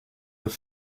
have